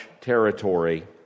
territory